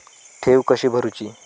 ठेवी कशी भरूची?